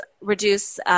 reduce